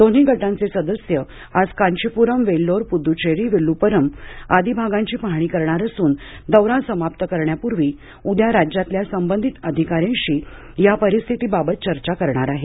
दोन्ही गटांचे सदस्य आज कांचीपुरमवेल्लोर पुद्दुचेरी विल्लुपुरम आदी भागांची पाहणी करणार असून दौरा समाप्त करण्यापूर्वी उद्या राज्यातल्या संबंधित अधिकाऱ्यांशी या परिस्थितीबाबत चर्चा करणार आहेत